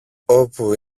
όπου